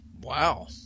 Wow